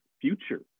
future